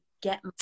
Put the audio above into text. get